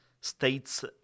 states